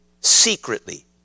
secretly